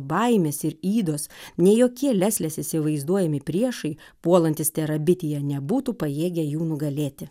baimės ir ydos nei jokie leslės įsivaizduojami priešai puolantys terabitiją nebūtų pajėgę jų nugalėti